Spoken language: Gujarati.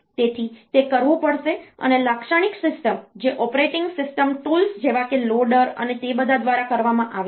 તેથી તે કરવું પડશે અને લાક્ષણિક સિસ્ટમ જે ઓપરેટિંગ સિસ્ટમ ટૂલ્સ જેવા કે લોડર અને તે બધા દ્વારા કરવામાં આવે છે